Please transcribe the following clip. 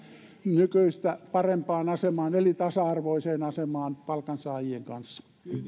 nykyistä parempaan asemaan eli tasa arvoiseen asemaan palkansaajien kanssa